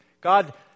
God